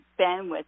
bandwidth